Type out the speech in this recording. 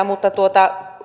mutta